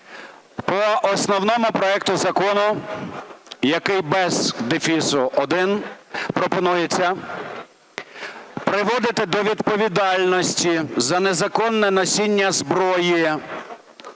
По основному проекту закону, який без дефісу 1, пропонується приводити до відповідальності за незаконне носіння зброї